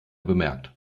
bemerkt